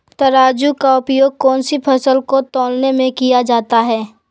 तराजू का उपयोग कौन सी फसल को तौलने में किया जाता है?